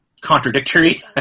contradictory